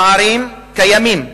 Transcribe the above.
הפערים קיימים.